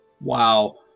Wow